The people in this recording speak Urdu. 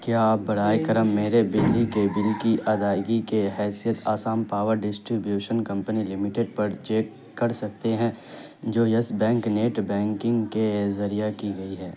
کیا آپ برائے کرم میرے بجلی کے بل کی ادائیگی کے حیثیت Assam power distribution company limited پر چیک کر سکتے ہیں جو یس بینک نیٹ بینکنگ کے ذریعے کی گئی ہے